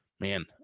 man